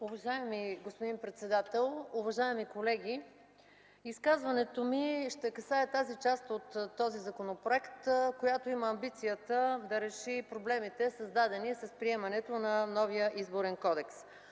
Уважаеми господин председател, уважаеми колеги! Изказването ми ще касае тази част от този законопроект, която има амбицията да реши проблемите, създадени с приемането на новия Изборен кодекс,